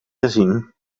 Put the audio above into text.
gezien